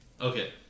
Okay